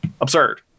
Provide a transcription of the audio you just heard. Absurd